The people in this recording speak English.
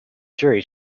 jury